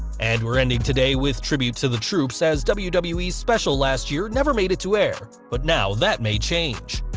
and we're ending today's with tribute to the troops, as wwe's wwe's special last year never made it to air, but now that may change.